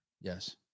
Yes